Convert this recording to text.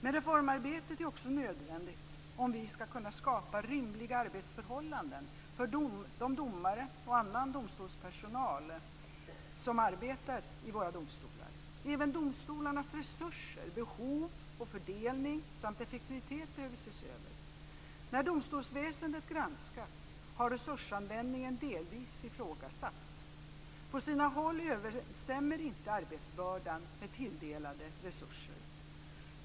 Men reformarbetet är också nödvändigt om vi ska kunna skapa rimliga artbetsförhållanden för domare och annan domstolspersonal som arbetar i våra domstolar. Även domstolarnas resurser - behov och fördelning - samt effektivitet behöver ses över. När domstolsväsendet granskats har resursanvändningen delvis ifrågasatts. På sina håll överensstämmer inte arbetsbördan med tilldelade resurser.